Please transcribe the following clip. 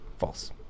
false